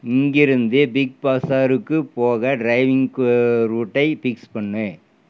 இங்கிருந்தே பிக் பஷாருக்குப் போக டிரைவிங்க்கு ரூட்டை ஃபிக்ஸ் பண்ணு